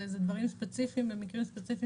זה דברים ספציפיים ומקרים ספציפיים